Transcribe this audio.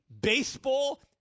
baseball